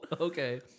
okay